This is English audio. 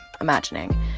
imagining